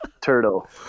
turtle